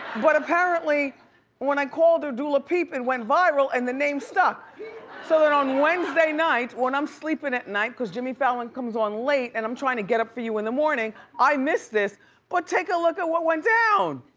apparently when i called her dulapeep, it and went viral and the name stuck. so, then on wednesday night, when i'm sleeping at night, cause jimmy fallon comes on late and i'm trying to get up for you in the morning. i missed this but take a look at what went down!